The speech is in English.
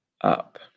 up